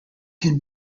can